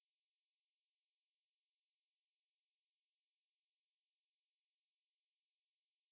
mm yes err err it's not an individual thing lah but it's more of a collective thing where